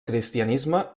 cristianisme